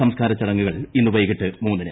സംസ്ക്കാര ചടങ്ങുകൾ ഇന്ന് വൈകിട്ട് മൂന്നിന്